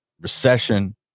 recession